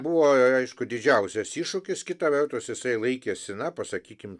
buvo aišku didžiausias iššūkis kita vertus jisai laikėsi na pasakykim